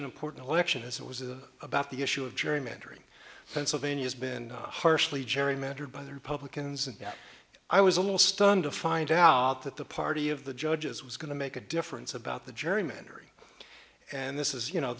an important election is it was about the issue of jury mentoring pennsylvania's been harshly gerrymandered by the republicans and i was a little stunned to find out that the party of the judges was going to make a difference about the gerrymandering and this is you know